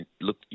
Look